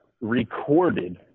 recorded